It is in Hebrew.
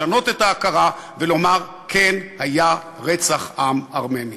לשנות את ההכרה ולומר: כן היה רצח עם ארמני.